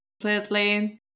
completely